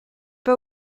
pas